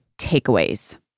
takeaways